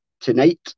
tonight